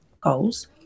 goals